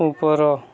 ଉପର